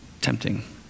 tempting